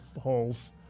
holes